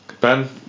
Ben